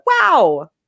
wow